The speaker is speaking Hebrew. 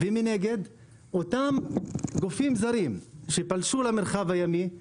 ומנגד אותם גופים זרים שפלשו למרחב הימי,